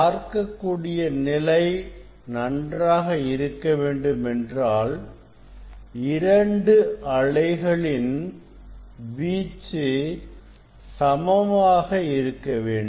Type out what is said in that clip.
பார்க்கக் கூடிய நிலை நன்றாக இருக்க வேண்டும் என்றால் இரண்டு அலைகளின் வீச்சு சமமாக இருக்க வேண்டும்